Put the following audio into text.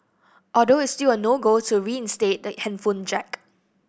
although it's still a no go to reinstate the headphone jack